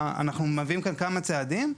אנחנו מביאים כאן כמה צעדים.